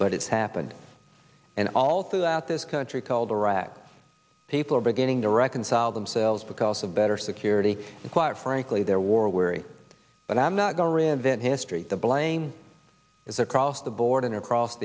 but it's happened and all throughout this country called iraq people are beginning to reconcile themselves because of better security and quiet frankly their war weary but i'm not going to reinvent history the blame is across the board and across